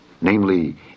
namely